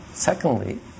Secondly